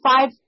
five